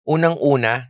Unang-una